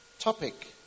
Topic